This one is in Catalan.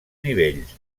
nivells